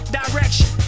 direction